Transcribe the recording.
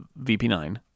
VP9